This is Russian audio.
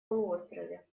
полуострове